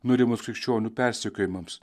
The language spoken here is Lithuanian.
nurimus krikščionių persekiojimams